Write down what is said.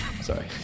Sorry